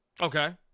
Okay